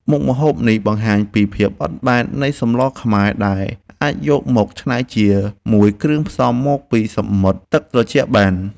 មុខម្ហូបនេះបង្ហាញពីភាពបត់បែននៃសម្លខ្មែរដែលអាចយកមកច្នៃជាមួយគ្រឿងផ្សំមកពីសមុទ្រទឹកត្រជាក់បាន។